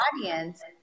audience